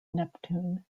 neptune